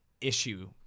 issue